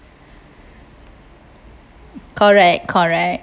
correct correct